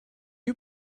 you